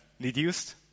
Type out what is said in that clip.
reduced